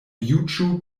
juĝu